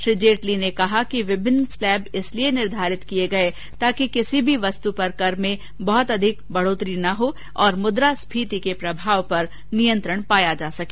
श्री जेटली ने कहा कि विभिन्न स्लैब इसलिए निर्धारित किये गये ताकि किसी भी वस्तु पर कर में बहुत अधिक वृद्धि न हो और मुद्रास्फीति के प्रभाव पर नियंत्रण पाया जा सके